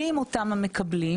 מיהם אותם המקבלים?